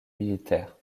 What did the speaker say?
militaires